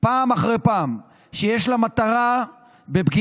פעם אחר פעם שיש לה מטרה של פגיעה